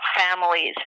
families